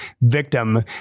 victim